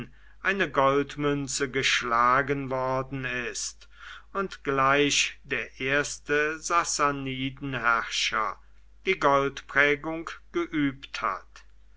eine goldmünze geschlagen worden ist und gleich der erste sassanidenherrscher die goldprägung geübt hat